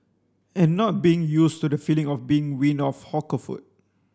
and not being used to the feeling of being weaned off hawker food